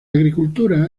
agricultura